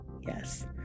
Yes